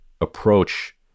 approach